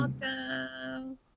Welcome